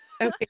okay